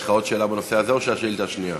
יש לך עוד שאלה בנושא הזה או שנעבור לשאילתה השנייה?